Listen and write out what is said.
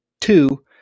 Two